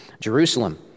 Jerusalem